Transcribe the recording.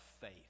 faith